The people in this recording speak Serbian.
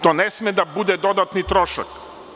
To ne sme da bude dodatni trošak.